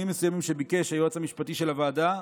מסוימים שביקש הייעוץ המשפטי של הוועדה.